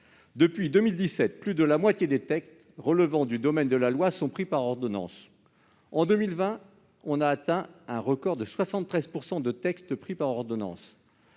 Depuis 2017, plus de la moitié des textes relevant du domaine de la loi sont pris par ordonnance. En 2020, on a atteint un record : 73 % des textes sont des ordonnances